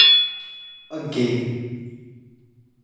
अग्गें